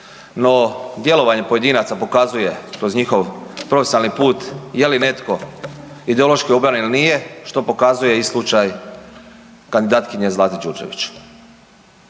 No, djelovanje pojedinaca pokazuje kroz njihov profesionalni put je li netko ideološki obojan ili nije što pokazuje i slučaj kandidatkinje Zlate Đurđević.